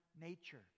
nature